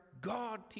God